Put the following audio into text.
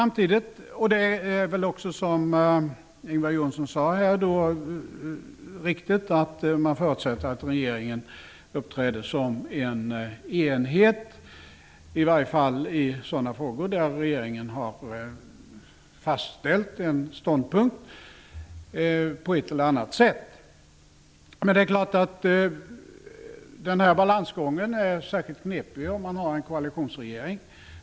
Precis som Ingvar Johnsson sade är det riktigt att förutsätta att regeringen uppträder som en enhet, i varje fall i sådana frågor där regeringen har fastställt en ståndpunkt på ett eller annat sätt. Det är klart att den balansgången är särskilt knepig i en koalitionsregering.